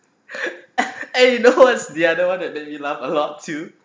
and you know what's the other [one] that he laughed a lot too